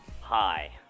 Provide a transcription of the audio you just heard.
Hi